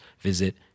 visit